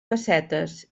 pessetes